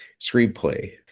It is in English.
screenplay